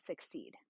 succeed